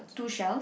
two shells